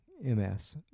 MS